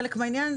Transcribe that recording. חלק מהעניין,